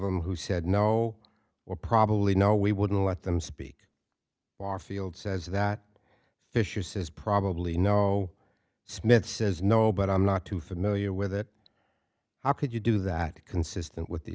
them who said no or probably no we wouldn't let them speak warfield says that fischer says probably no smith says no but i'm not too familiar with it how could you do that consistent with the